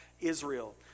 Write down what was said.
Israel